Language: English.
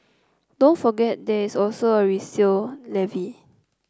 don't forget there is also a resale levy